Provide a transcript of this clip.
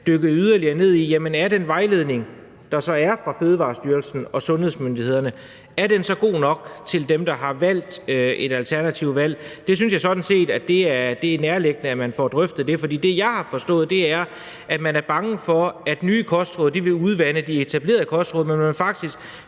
dykke yderligere ned i, om den vejledning, der så er fra Fødevarestyrelsen og sundhedsmyndighederne, er god nok til dem, der har valgt et alternativt valg. Det synes jeg sådan set er nærliggende at man får drøftet. Det, jeg har forstået, er, at man er bange for, at nye kostråd vil udvande de etablerede kostråd. Men man vil faktisk